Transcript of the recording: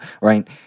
right